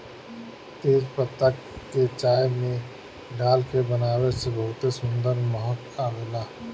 तेजपात के चाय में डाल के बनावे से बहुते सुंदर महक आवेला